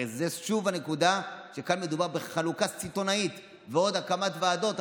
הרי זו שוב הנקודה שכאן מדובר בחלוקה סיטונאית ועוד הקמת ועדות.